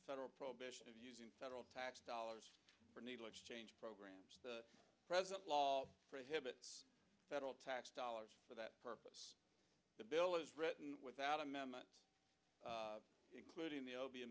federal probation of using federal tax dollars for needle exchange programs the present law prohibits federal tax dollars for that purpose the bill is written without amendment including the o